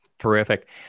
Terrific